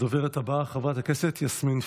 הדוברת הבאה, חברת הכנסת יסמין פרידמן.